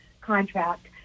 contract